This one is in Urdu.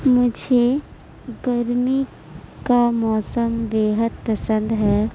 مجھے گرمی کا موسم بےحد پسند ہے